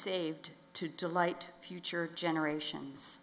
saved to delight future generations